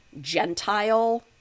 Gentile